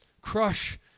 crush